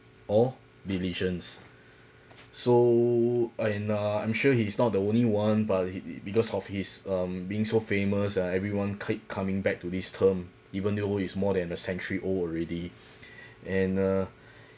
or religions so and uh I'm sure he is not the only one but it it because of his um being so famous and everyone keep coming back to this term even though he's more than a century old already and uh